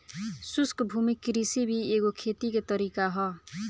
शुष्क भूमि कृषि भी एगो खेती के तरीका ह